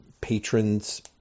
patrons